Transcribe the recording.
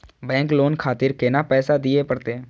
Bank loan खातीर केतना पैसा दीये परतें?